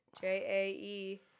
J-A-E